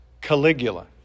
Caligula